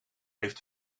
heeft